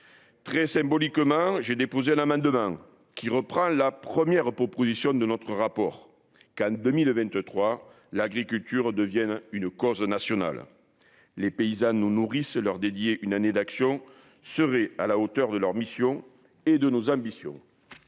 très symboliquement, j'ai déposé à la main de qui reprend la première proposition de notre rapport CAN 2023 l'agriculture devienne une cause nationale, les paysans nous nourrissent leur dédier une année d'action serait à la hauteur de leurs missions et de nos ambitions.